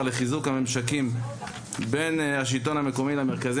לחיזוק הממשקים בין השלטון המקומי למרכזי.